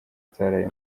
ataraye